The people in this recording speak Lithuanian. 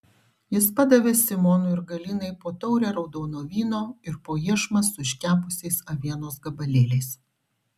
jis padavė simonui ir galinai po taurę raudono vyno ir po iešmą su iškepusiais avienos gabalėliais